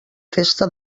festa